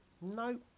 No